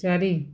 ଚାରି